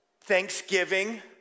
thanksgiving